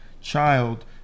child